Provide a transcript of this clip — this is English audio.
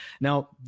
Now